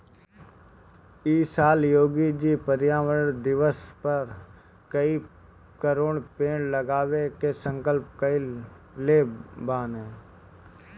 इ साल योगी जी पर्यावरण दिवस पअ कई करोड़ पेड़ लगावे के संकल्प कइले बानअ